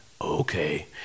okay